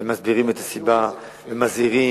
ומסבירים את הסיבה ומזהירים,